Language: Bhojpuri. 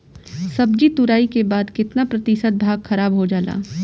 सब्जी तुराई के बाद केतना प्रतिशत भाग खराब हो जाला?